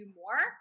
more